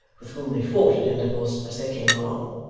with whom they fought at intervals as they came along